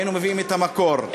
היינו מביאים את המקור,